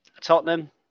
Tottenham